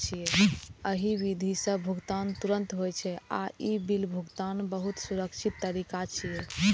एहि विधि सं भुगतान तुरंत होइ छै आ ई बिल भुगतानक बहुत सुरक्षित तरीका छियै